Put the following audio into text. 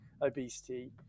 obesity